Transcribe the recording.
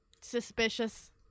Suspicious